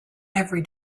every